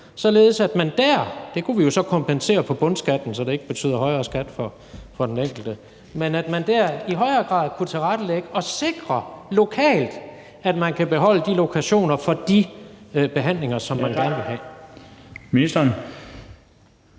således at man der – det kunne vi jo så kompensere på bundskatten, så det ikke betyder højere skat for den enkelte – i højere grad kunne tilrettelægge og sikre lokalt, at man kan beholde de lokationer for de behandlinger, som man gerne vil have. Kl.